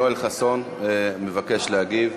יואל חסון מבקש להגיב.